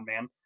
man